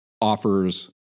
offers